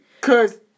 cause